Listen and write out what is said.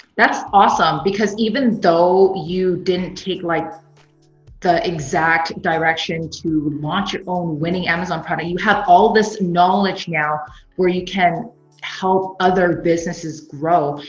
that's awesome because even though you didn't take like the exact direction to launch your own winning amazon product, you have all of this knowledge now where you can help other businesses grow.